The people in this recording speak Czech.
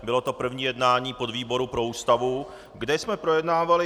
Bylo to první jednání podvýboru pro Ústavu, kde jsme projednávali 17 návrhů.